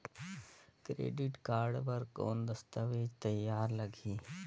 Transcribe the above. Credit card बर कौन दस्तावेज तैयार लगही?